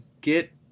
get